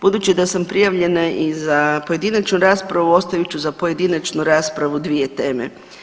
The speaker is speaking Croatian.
Budući da sam prijavljena i za pojedinačnu raspravu ostavit ću za pojedinačnu raspravu dvije teme.